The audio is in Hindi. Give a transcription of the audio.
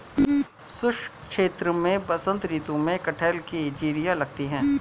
शुष्क क्षेत्र में बसंत ऋतु में कटहल की जिरीयां लगती है